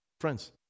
friends